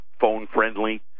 phone-friendly